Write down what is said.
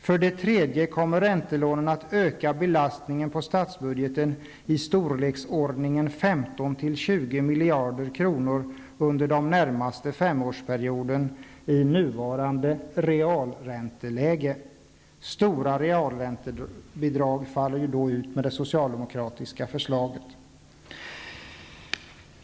För det tredje kommer räntelånen att öka belastningen på statsbudgeten med i storleksordningen 15--20 miljarder kronor under den närmaste femårsperioden i nuvarande realränteläge. Med det socialdemokratiska förslaget faller då stora realräntebidrag ut.